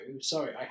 sorry